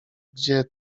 gdzie